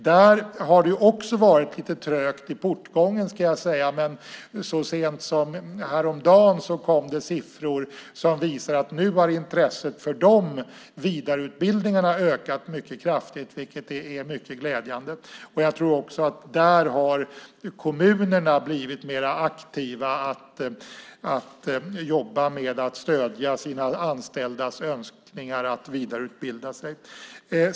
Där har det också varit lite trögt i portgången, ska jag säga, men så sent som häromdagen kom siffror som visar att intresset för de vidareutbildningarna har ökat mycket kraftigt. Det är mycket glädjande. Jag tror också att kommunerna har blivit mer aktiva när det gäller att jobba med att stödja sina anställda i deras önskningar att vidareutbilda sig.